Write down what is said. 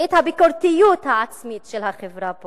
ואת הביקורתיות העצמית של החברה פה,